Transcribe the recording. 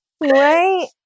right